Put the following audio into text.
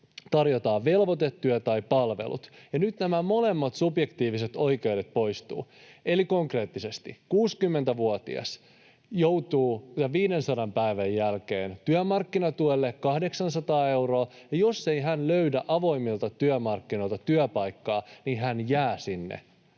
tarjotaan velvoitetyö tai palvelut, ja nyt nämä molemmat subjektiiviset oikeudet poistuvat. Eli konkreettisesti: 60-vuotias joutuu tämän 500 päivän jälkeen työmarkkinatuelle, 800 euroa, ja jos ei hän löydä avoimilta työmarkkinoilta työpaikkaa, niin hän jää sille